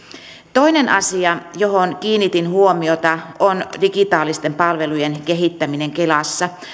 toinen asia johon kiinnitin huomiota on digitaalisten palvelujen kehittäminen kelassa